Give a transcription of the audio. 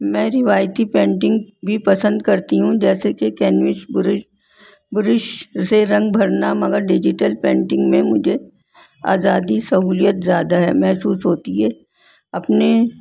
میں روایتی پینٹنگ بھی پسند کرتی ہوں جیسے کہ کیینوس برش بروش سے رنگ بھرنا مگر ڈیجیٹل پینٹنگ میں مجھے آزادی سہولیت زیادہ ہے محسوس ہوتی ہے اپنے